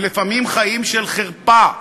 ולפעמים חיים של חרפה.